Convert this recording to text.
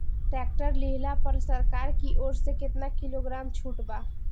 Tractor लिहला पर सरकार की ओर से केतना किलोग्राम छूट बा?